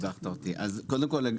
אז קודם כל,